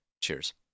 Cheers